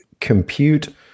Compute